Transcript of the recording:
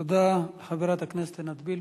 תודה לחברת הכנסת עינת וילף.